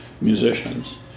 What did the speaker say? musicians